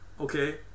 okay